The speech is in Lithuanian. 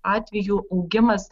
atvejų augimas